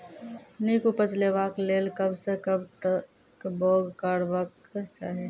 नीक उपज लेवाक लेल कबसअ कब तक बौग करबाक चाही?